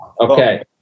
Okay